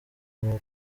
umu